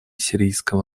сирийского